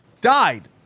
died